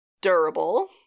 durable